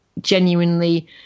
genuinely